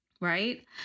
right